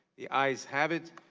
the eyes have it,